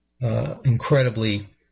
incredibly